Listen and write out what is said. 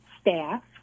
staff